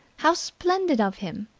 how splendid of him!